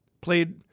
Played